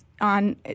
on